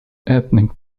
ethnic